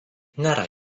nėra